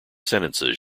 sentences